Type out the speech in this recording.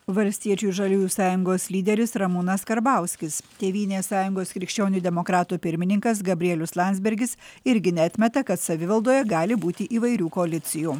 valstiečių žaliųjų sąjungos lyderis ramūnas karbauskis tėvynės sąjungos krikščionių demokratų pirmininkas gabrielius landsbergis irgi neatmeta kad savivaldoje gali būti įvairių koalicijų